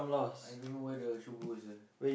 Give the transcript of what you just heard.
I dunno where the shoe go sia